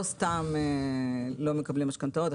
לא סתם לא מקבלים משכנתאות.